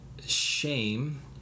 shame